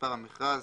מספר המכרז,